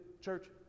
church